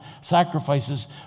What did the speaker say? sacrifices